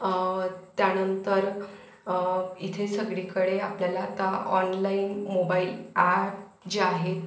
त्यानंतर इथे सगळीकडे आपल्याला आता ऑनलाईन मोबाईल ॲप जे आहे